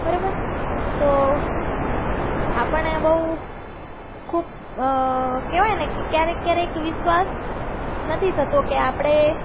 બરોબર તો આપણે બહુ ખૂબ કહેવાયણને કે ક્યારેક ક્યારેક વિશ્વાસ નથી થતો કે આપણે